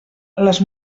les